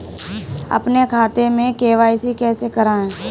अपने खाते में के.वाई.सी कैसे कराएँ?